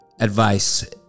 Advice